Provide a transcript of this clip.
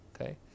okay